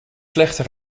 slechte